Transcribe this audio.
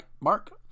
Mark